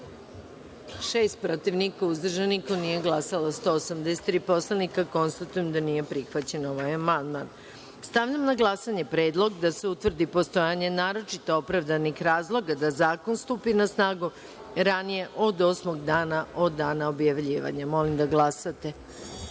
– niko, uzdržanih – nema, nisu glasala 183 poslanika. Konstatujem da nije prihvaćen ovaj amandman. Stavljam na glasanje predlog da se utvrdi postojanje naročito opravdanih razloga da zakon stupi na snagu ranije od osmog dana od dana objavljivanja. Slobodno glasajte,